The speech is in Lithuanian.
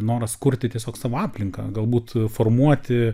noras kurti tiesiog savo aplinką galbūt formuoti